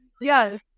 Yes